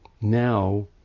Now